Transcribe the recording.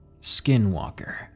skinwalker